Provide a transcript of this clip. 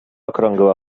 okrągłe